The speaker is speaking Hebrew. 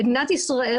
במדינת ישראל,